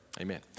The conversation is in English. Amen